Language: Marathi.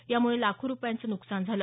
यामुळे लाखो रुपयांचं न्कसान झालं